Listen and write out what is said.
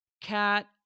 cat